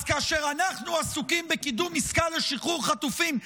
אז כאשר אנחנו עסוקים בקידום עסקה לשחרור חטופים,